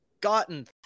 gotten